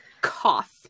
cough